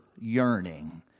yearning